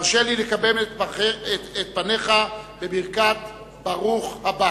הרשה לי לקבל את פניך בברכת ברוך הבא.